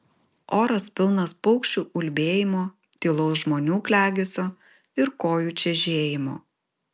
oras pilnas paukščių ulbėjimo tylaus žmonių klegesio ir kojų čežėjimo